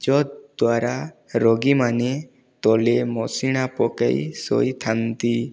ଯଦ୍ୱାରା ରୋଗୀମାନେ ତଳେ ମସିଣା ପକାଇ ଶୋଇଥାନ୍ତି